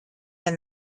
and